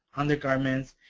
undergarments,